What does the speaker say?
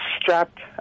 strapped